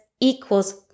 equals